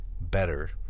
better